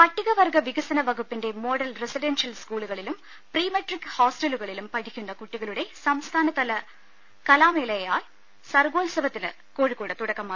പട്ടികവർഗ വികസന വകുപ്പിന്റെ മോഡൽ റസിഡൻഷ്യൽ സ് കൂളുകളിലും പ്രീമെട്രിക് ഹോസ്റ്റലുകളിലും പഠിക്കുന്ന കുട്ടികളുടെ സംസ്ഥാന തല കലാമേളയായ സർഗോത്സവ ത്തിന് കോഴിക്കോട് തുടക്കമായി